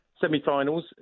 Semi-finals